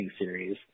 series